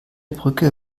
brücke